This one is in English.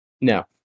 No